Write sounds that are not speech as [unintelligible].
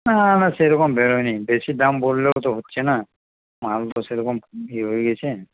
না না সেইরকম বেরোয়নি বেশী দাম বললেও তো হচ্ছে না মাল তো সেইরকম [unintelligible]